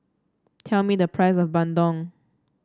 tell me the price of Bandung